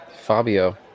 Fabio